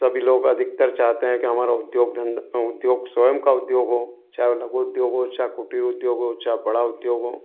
सबी लोग अधिकतर चाहते हैं कि हमारा उद्योग धंद उद्योग स्वयं का उद्योग हो चाए वो लघु उद्योग हो चाहे कुटीर उद्योग हो चाहे बड़ा उद्योग हो